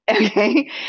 Okay